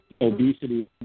Obesity